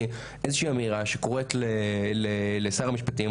איזו שהיא אמירה שקוראת לשר המשפטים,